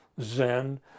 zen